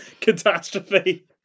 catastrophe